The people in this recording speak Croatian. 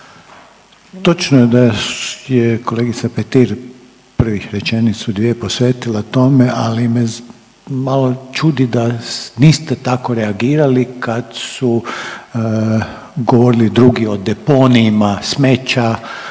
Točno je da je kolegica Petir prvih rečenicu, dvije posvetila tome, ali me malo čudi da niste tako reagirali kad su govorili drugi o deponijima smeća,